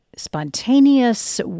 spontaneous